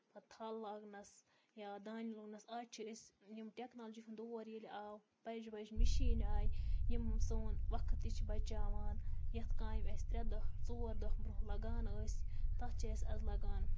پَتہٕ تھَل لاگنَس یا دانہِ لوٗنٛنَس آز چھِ أسۍ یِم ٹٮ۪کنالجی ہُنٛد دور ییٚلہِ آو بَجہِ بَجہِ مِشیٖن آیہِ یِم سون وقت تہِ چھِ بَچاوان یَتھ کامہِ اَسہِ ترٛےٚ دۄہ ژور دۄہ برٛونٛہہ لَگان ٲسۍ تَتھ چھِ اَسہِ آز لَگان